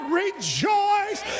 rejoice